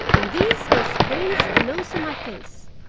and these are as plain as the nose on my face